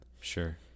Sure